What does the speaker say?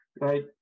Right